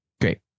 Great